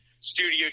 studio